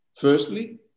Firstly